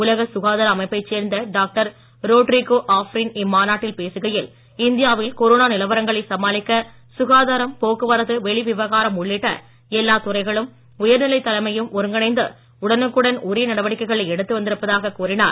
உலக சுகாதார அமைப்பைச் சேர்ந்த டாக்டர் ரோட்ரிகோ ஆஃப்ரின் இம்மாநாட்டில் பேசுகையில் இந்தியாவில் கொரோனா நிலவரங்களை சமாளிக்க சுகாதாரம் போக்குவரத்து வெளிவிவகாரம் உள்ளிட்ட எல்லா துறைகளும் உயர்நிலைத் தலைமையும் ஒருங்கிணைந்து உடனுக்குடன் உரிய நடவடிக்கைகளை எடுத்து வந்திருப்பதாக கூறினார்